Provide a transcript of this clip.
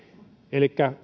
elikkä